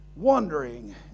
wondering